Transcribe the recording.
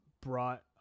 brought